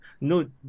No